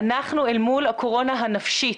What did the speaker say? אנחנו אל מול הקורונה הנפשית.